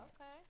Okay